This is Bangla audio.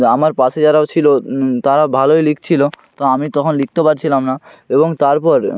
আমার পাশে যারাও ছিলো তারা ভালোই লিখছিলো তো আমি তখন লিখতে পারছিলাম না এবং তারপর